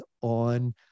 on